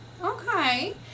Okay